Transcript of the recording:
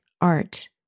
art